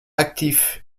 actif